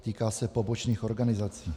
Týká se pobočných organizací.